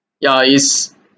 ya it's